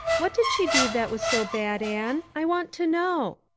what did she do that was so bad, anne, i want to know.